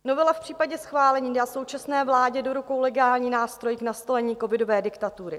Novela v případě schválení dá současné vládě do rukou legální nástroj k nastolení covidové diktatury.